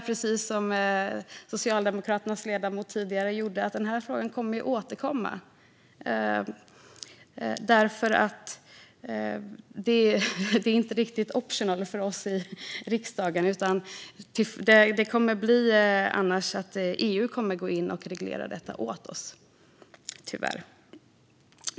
Precis som Socialdemokraternas ledamot konstaterar vi att frågan kommer att återkomma och att det inte är "optional". Annars kommer EU tyvärr att gå in och reglera detta åt oss.